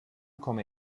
komme